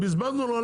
בסעיף 91